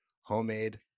homemade